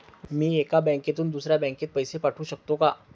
मी एका बँकेतून दुसऱ्या बँकेत पैसे पाठवू शकतो का?